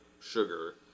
sugar